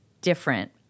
different